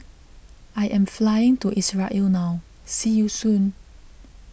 I am flying to Israel now see you soon